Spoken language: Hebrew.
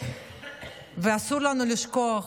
ואסור לנו לשכוח.